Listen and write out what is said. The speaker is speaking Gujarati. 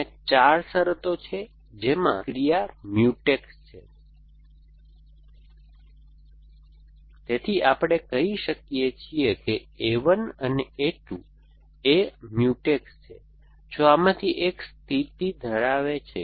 ત્યાં 4 શરતો છે જેમાં ક્રિયા Mutex છે તેથી આપણે કહીએ છીએ કે a 1 અને a 2 એ Mutex છે જો આમાંથી એક સ્થિતિ ધરાવે છે